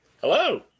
Hello